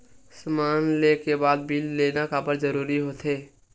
समान ले के बाद बिल लेना काबर जरूरी होथे?